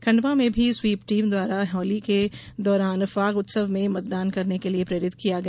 खंडवा में भी SVEEP team द्वारा होली के दौरान फाग उत्सव में मतदान करने के लिये प्रेरित किया गया